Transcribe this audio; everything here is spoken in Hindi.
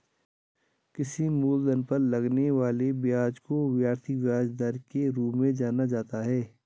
किसी मूलधन पर लगने वाले ब्याज को वार्षिक ब्याज दर के रूप में जाना जाता है